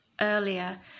earlier